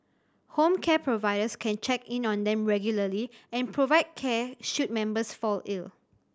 home care providers can check in on them regularly and provide care should members fall ill